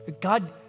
God